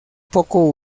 poco